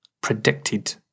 predicted